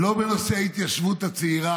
לא בנושא ההתיישבות הצעירה,